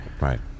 right